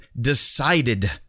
decided